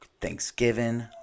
thanksgiving